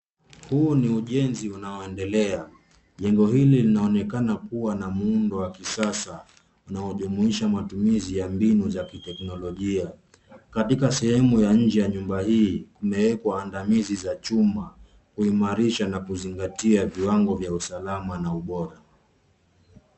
Huu ni ujenzi unaoendelea. Jengo hili linaonekana kuwa na muundo wa kisasa unaojumuisha matumizi ya mbinu za kiteknolojia. Katika sehemu ya nje ya nyumba hii kumewekwa andamazi za chuma kuimarisha na kuzingatia viwango vya usalama na ubora.